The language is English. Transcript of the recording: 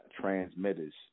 transmitters